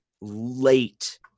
late